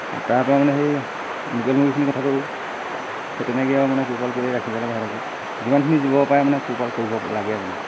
আৰু তাৰপৰা মানে সেই লোকেল মুৰ্গীখিনি কথাটো সেই তেনেকৈ আৰু মানে পোহপাল কৰি ৰাখিব লাগে সিহঁতকো যিমানখিনি জীৱ পাই মানে পোহপাল কৰিব লাগে মানে